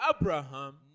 Abraham